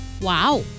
Wow